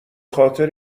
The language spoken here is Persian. خاطر